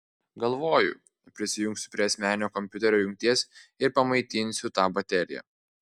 galvoju prijungsiu prie asmeninio kompiuterio jungties ir pamaitinsiu tą bateriją